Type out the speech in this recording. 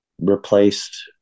replaced